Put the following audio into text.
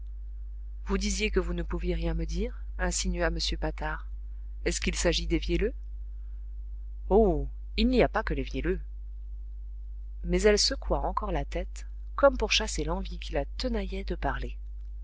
vous disiez que vous ne pouviez rien me dire insinua m patard est-ce qu'il s'agit des vielleux oh il n'y a pas que les vielleux mais elle secoua encore la tête comme pour chasser l'envie qui la tenaillait de parler